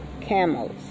camels